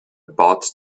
bots